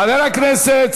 חבר הכנסת,